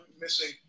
missing